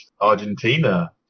Argentina